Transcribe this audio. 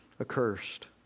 accursed